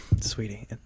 Sweetie